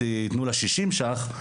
ייתנו לה 60 ₪,